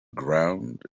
ground